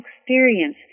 experience